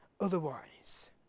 otherwise